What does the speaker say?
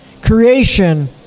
Creation